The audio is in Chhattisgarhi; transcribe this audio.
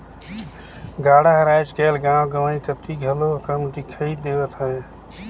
गाड़ा हर आएज काएल गाँव गंवई कती घलो कम दिखई देवत हे